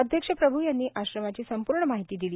अध्यक्ष प्रभू यांनी आश्रमाची संपूर्ण माहिती दिली